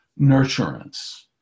nurturance